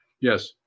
Yes